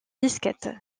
disquette